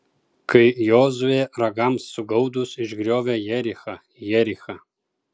kai jozuė ragams sugaudus išgriovė jerichą jerichą